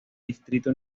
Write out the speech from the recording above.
distrito